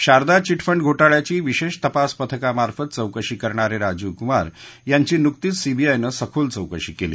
Sharda chit fund घोटाळ्याची विशेष तपास पथकामार्फत चौकशी करणारे राजीव कुमार यांची नुकतीच सीबीआयनं सखोल चौकशी केली